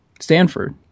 Stanford